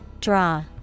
Draw